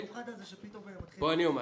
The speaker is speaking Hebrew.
החינוך המיוחד הזה שפתאום מתחילים ---- מה לעשות,